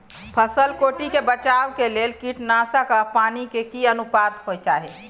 फसल के कीट से बचाव के लेल कीटनासक आ पानी के की अनुपात होय चाही?